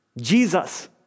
Jesus